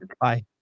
bye